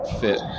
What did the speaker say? fit